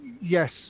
yes